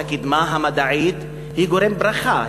הקידמה המדעית היא גורם ברכה,